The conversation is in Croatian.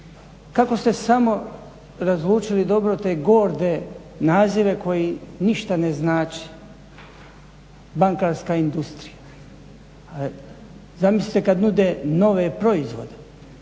Kako ste samo razlučili dobro te gorde nazive koji ništa ne znače, bankarska industrija. A zamislite kada nude nove proizvode,